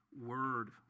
word